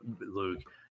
Luke